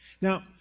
Now